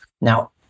Now